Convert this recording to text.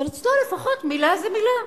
אבל לפחות אצלו מלה זו מלה.